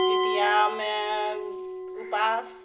जितिआमे उपास